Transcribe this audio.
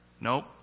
Nope